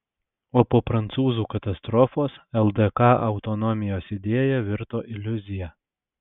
o po prancūzų katastrofos ldk autonomijos idėja virto iliuzija